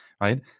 right